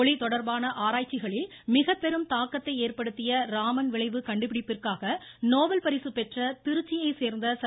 ஒளி தொடர்பான ஆராய்ச்சிகளில் மிகப்பெரும் தாக்கத்தை ஏற்படுத்திய ராமன் விளைவு கண்டுபிடிப்பிற்காக நோபல் பரிசு பெற்ற திருச்சியைச் சேர்ந்த சர்